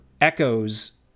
echoes